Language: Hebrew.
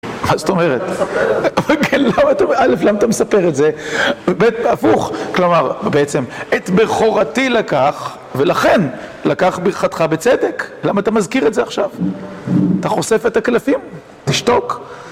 מה זאת אומרת? למה אתה מספר את זה? כן, למה אתה אומר? א', למה אתה מספר את זה? בעצם, הפוך. כלומר, בעצם, את בכורתי לקח, ולכן, לקח ברכתך בצדק, למה אתה מזכיר את זה עכשיו? אתה חושף את הקלפים? תשתוק.